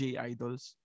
J-idols